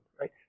Right